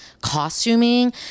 costuming